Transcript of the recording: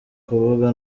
kuvuga